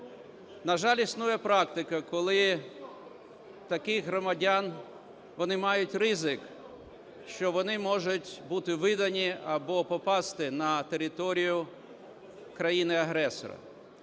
На жаль, існує практика, коли таких громадян, вони мають ризик, що вони можуть бути видані або попасти на територію країни-агресора.